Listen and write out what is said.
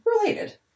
related